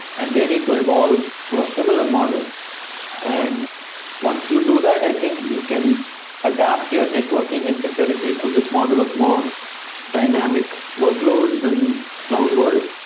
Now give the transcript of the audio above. and they need to evolve to a similar model and once you do that, i think you can adapt your networking and security to this model of more dynamic workloads and cloud world.